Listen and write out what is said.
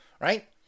right